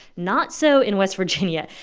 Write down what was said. not so in west virginia.